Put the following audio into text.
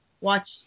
watch